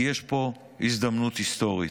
כי יש פה הזדמנות היסטורית.